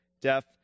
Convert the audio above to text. death